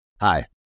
Hi